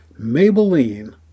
Maybelline